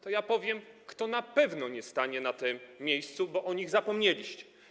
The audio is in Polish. To ja powiem, kto na pewno nie stanie w tym miejscu, bo o nich zapomnieliście.